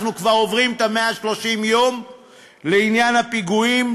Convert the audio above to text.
אנחנו כבר עוברים את 130 הימים לעניין הפיגועים.